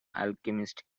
alchemist